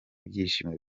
ibyishimo